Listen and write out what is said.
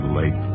late